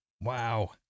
Wow